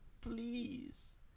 Please